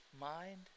mind